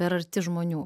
per arti žmonių